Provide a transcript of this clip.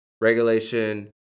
regulation